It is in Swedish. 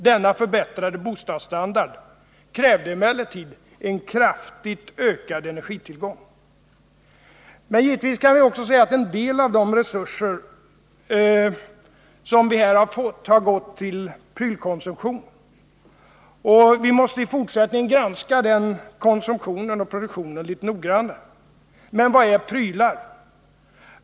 Denna förbättrade bostadsstandard krävde emellertid en kraftigt ökad energitillgång. Men givetvis kan vi också säga att en del resurser har gått till prylkonsumtion, och vi måste i fortsättningen granska den utvecklingen noggrannare. Men vad är prylar?